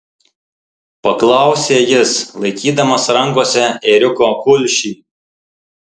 paklausė jis laikydamas rankose ėriuko kulšį